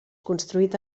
construït